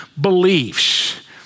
beliefs